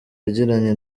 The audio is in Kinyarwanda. yagiranye